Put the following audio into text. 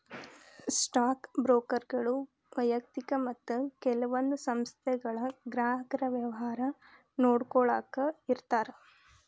stock ಬ್ರೋಕರ್ಗಳು ವ್ಯಯಕ್ತಿಕ ಮತ್ತ ಕೆಲವೊಂದ್ ಸಂಸ್ಥೆಗಳ ಗ್ರಾಹಕರ ವ್ಯವಹಾರ ನೋಡ್ಕೊಳ್ಳಾಕ ಇರ್ತಾರ